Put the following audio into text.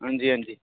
अंजी अंजी